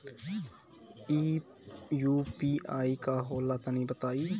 इ यू.पी.आई का होला तनि बताईं?